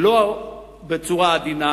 לא בצורה עדינה,